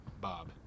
Bob